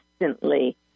instantly